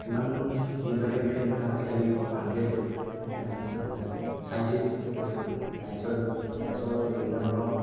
সিমান চিন্তনীয় বিষয় নহয় আজিকালি আপডেট যুগ মানে চাইণ্টিষ্ট যুগ চায়েন্সৰ যুগ চায়েন্সৰ বিভিন্ন ধৰণৰ